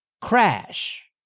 Crash